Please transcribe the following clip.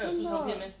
真的